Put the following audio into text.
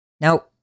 Now